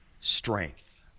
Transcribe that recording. strength